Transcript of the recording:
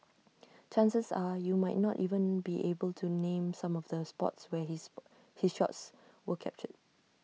chances are you might not even be able to name some of the spots where his Sport he shots were captured